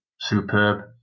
Superb